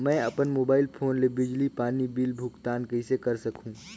मैं अपन mobile phone ले बिजली पानी बिल भुगतान कइसे कर सकहुं?